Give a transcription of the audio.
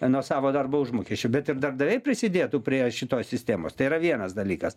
nuo savo darbo užmokesčio bet ir darbdaviai prisidėtų prie šitos sistemos tai yra vienas dalykas